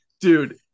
dude